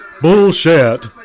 bullshit